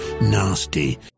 nasty